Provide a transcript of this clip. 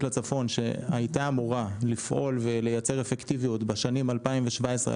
לצפון שהייתה אמורה לפעול ולייצר אפקטיביות בשנים 2018-2017,